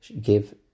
give